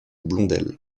blondel